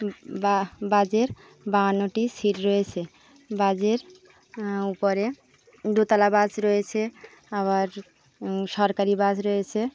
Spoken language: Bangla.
বা বাসের বাহানোটি সিট রয়েছে বাসের উপরে দোতলা বাস রয়েছে আবার সরকারি বাস রয়েছে